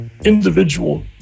Individual